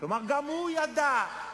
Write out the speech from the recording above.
גם הוא ידע.